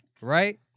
right